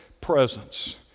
presence